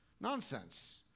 Nonsense